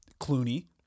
clooney